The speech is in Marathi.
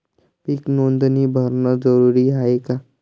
पीक नोंदनी भरनं जरूरी हाये का?